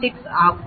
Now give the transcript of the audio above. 6 ஆகும்